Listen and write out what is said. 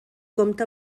compta